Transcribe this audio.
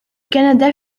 canada